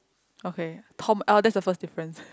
okay Tom L that's the first difference